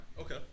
Okay